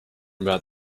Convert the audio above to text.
about